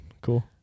cool